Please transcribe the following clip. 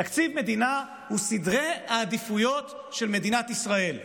תקציב מדינה הוא סדרי העדיפויות של מדינת ישראל.